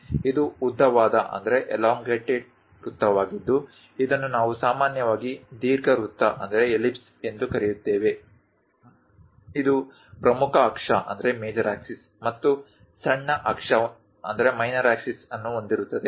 ಇದು ಉದ್ದವಾದ ವೃತ್ತವಾಗಿದ್ದು ಇದನ್ನು ನಾವು ಸಾಮಾನ್ಯವಾಗಿ ದೀರ್ಘವೃತ್ತ ಎಂದು ಕರೆಯುತ್ತೇವೆ ಇದು ಪ್ರಮುಖ ಅಕ್ಷ ಮತ್ತು ಸಣ್ಣ ಅಕ್ಷವನ್ನು ಹೊಂದಿರುತ್ತದೆ